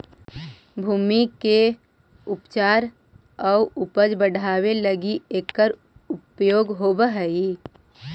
भूमि के उपचार आउ उपज बढ़ावे लगी भी एकर उपयोग होवऽ हई